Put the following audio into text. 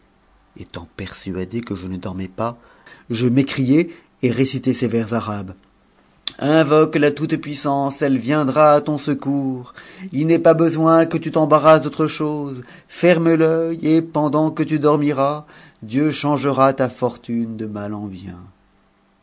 étant persuadé que je ne dormais pas j m'écriai et récitai ces vers arabes invoque la toute-puissance ci viendra a ton secours h n'est pas besoin que tu t'embarrasses d'autr chose ferme t'œi et pendant que tu dormiras dieu changera ta fortune de mal en bien